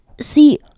see